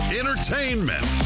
entertainment